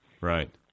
Right